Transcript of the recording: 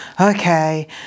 okay